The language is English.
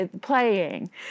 playing